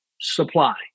supply